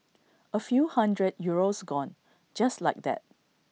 A few hundred euros gone just like that